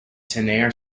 tenor